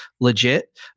legit